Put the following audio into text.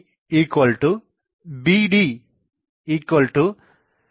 PeBDAD AB11 bbஆகும்